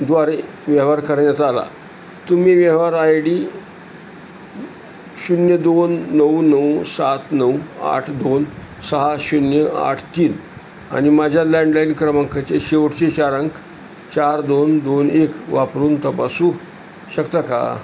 द्वारे व्यवहार करण्यात आला तुम्ही व्यवहार आय डी शून्य दोन नऊ नऊ सात नऊ आठ दोन सहा शून्य आठ तीन आणि माझ्या लँडलाइन क्रमांकाचे शेवटचे चार अंक चार दोन दोन एक वापरून तपासू शकता का